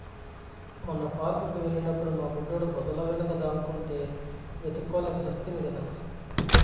మొన్న పార్క్ కి వెళ్ళినప్పుడు మా బుడ్డోడు పొదల వెనుక దాక్కుంటే వెతుక్కోలేక చస్తిమి కదా